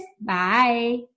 Bye